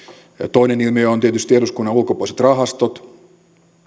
toinen ilmiö on tietysti eduskunnan ulkopuoliset rahastot